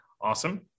awesome